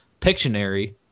Pictionary